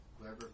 Whoever